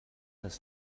das